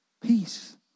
peace